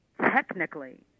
technically